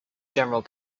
general